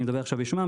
אני מדבר עכשיו בשמם,